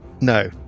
No